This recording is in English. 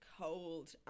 cold